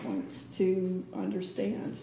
points to understand